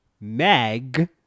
Meg